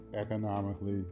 economically